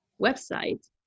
website